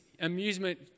amusement